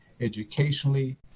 educationally